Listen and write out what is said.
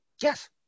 Yes